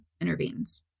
intervenes